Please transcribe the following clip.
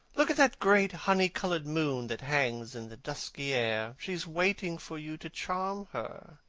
look at that great, honey-coloured moon that hangs in the dusky air. she is waiting for you to charm her,